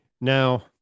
Now